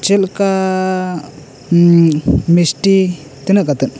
ᱪᱮᱞᱠᱟ ᱢᱤᱥᱴᱤ ᱛᱤᱱᱟᱹᱜ ᱠᱟᱛᱮᱫ